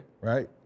right